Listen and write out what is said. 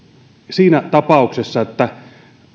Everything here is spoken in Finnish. siinä tapauksessa että